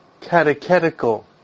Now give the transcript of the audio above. catechetical